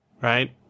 right